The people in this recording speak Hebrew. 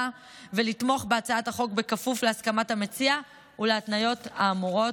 ולתמוך בהצעת החוק בכפוף להסכמת המציע להתניות האמורות.